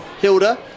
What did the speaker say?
Hilda